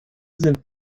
sind